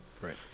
Right